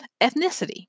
ethnicity